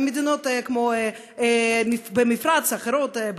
עם מדינות אחרות במפרץ,